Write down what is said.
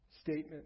statement